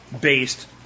based